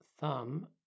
thumb